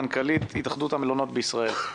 מנכ"לית התאחדות המלונות בישראל.